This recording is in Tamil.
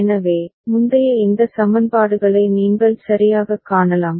எனவே முந்தைய இந்த சமன்பாடுகளை நீங்கள் சரியாகக் காணலாம்